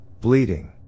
bleeding